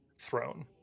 throne